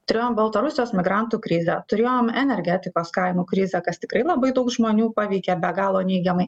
turėjom baltarusijos migrantų krizę turėjom energetikos kainų krizę kas tikrai labai daug žmonių paveikė be galo neigiamai